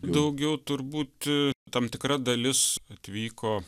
daugiau tur būti tam tikra dalis atvyko